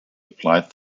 applied